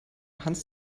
hans